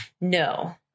No